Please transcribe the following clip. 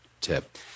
tip